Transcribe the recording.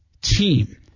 Team